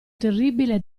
terribile